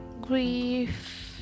grief